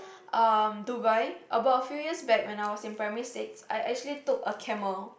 um Dubai about a few years a back when I was in primary six I actually took a camel